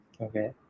Okay